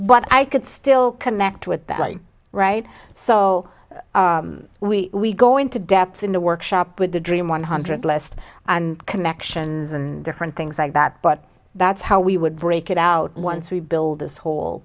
but i could still connect with that right so we go into depth in the workshop with the dream one hundred list and connections and different things like that but that's how we would break it out once we build this whole